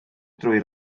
drwy